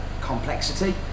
complexity